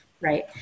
right